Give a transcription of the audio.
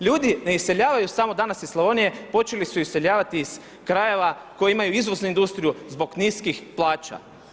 Ljudi ne iseljavaju samo danas iz Slavonije, počeli su iseljavati iz krajeva koji imaju izvoznu industriju zbog niskih plaća.